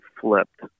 flipped